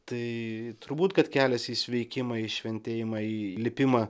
tai turbūt kad kelias į sveikimą į šventėjimą į lipimą